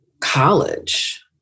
college